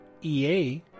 EA